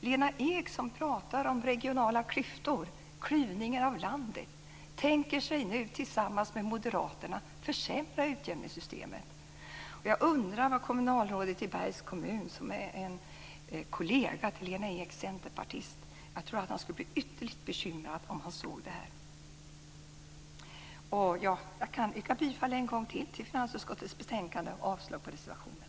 Lena Ek, som pratar om regionala klyftor och klyvning av landet, tänker sig nu tillsammans med moderaterna att försämra utjämningssystemet. Jag tror att kommunalrådet i Bergs kommun, som är en centerpartikollega till Lena Ek, skulle bli ytterligt bekymrad om han såg det här. Jag yrkar ännu en gång bifall till finansutskottets förslag och avslag på reservationerna.